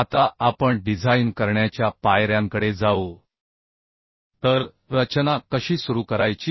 आता आपण डिझाइन करण्याच्या पायऱ्यांकडे जाऊ तर रचना कशी सुरू करायची